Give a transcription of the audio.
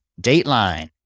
dateline